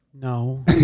No